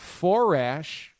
Forash